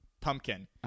pumpkin